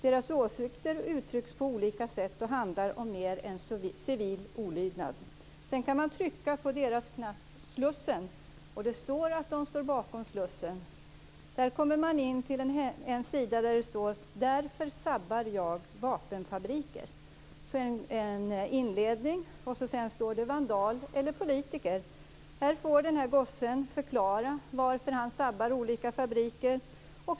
Deras åsikter uttrycks på olika sätt och handlar om mer än civil olydnad." Sedan kan man trycka på deras knapp Slussen. Det står att de står bakom Slussen. Där kommer man in på en sida där det står: "Därför sabbar jag vapenfabriker". Sedan är det inledning där det står: "Vandal eller politiker?" Här får en gosse förklara varför han sabbar olika fabriker.